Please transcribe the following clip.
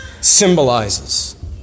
symbolizes